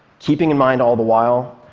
keeping in mind all the while,